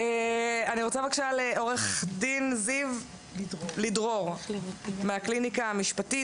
עו"ד זיו לידרור מהקליניקה המשפטית,